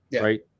right